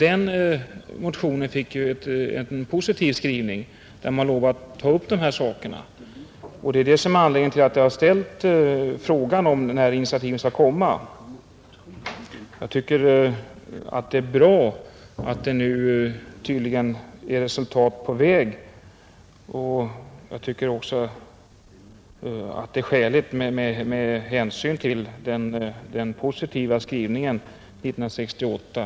Den motionen fick en positiv skrivning, och man lovade att ta upp de här sakerna, Det är detta som var anledningen till att jag har ställt frågan om när initiativen skall komma. Jag tycker att det är bra att det nu tydligen är resultat på väg, och jag tycker också att det är skäligt med hänsyn till den positiva skrivningen 1968.